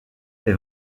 est